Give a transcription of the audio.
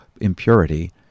Impurity